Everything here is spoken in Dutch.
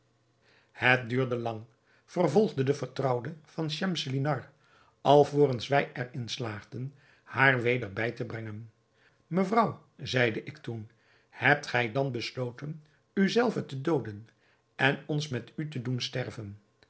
het duurde lang vervolgde de vertrouwde van schemselnihar alvorens wij er in slaagden haar weder bij te brengen mevrouw zeide ik toen hebt gij dan besloten u zelve te dooden en ons met u te doen sterven